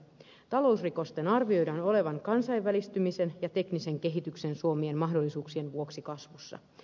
talousrikosten arvioidaan olevan kansainvälistymisen ja teknisen kehityksen suomien mahdollisuuksien vuoksi kasvussa